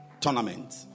tournament